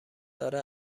داره